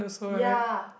ya